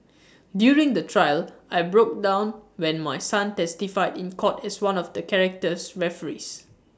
during the trial I broke down when my son testified in court as one of the character referees